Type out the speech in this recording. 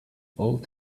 old